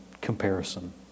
comparison